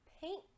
paint